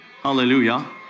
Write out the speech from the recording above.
Hallelujah